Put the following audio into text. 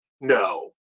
no